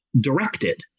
directed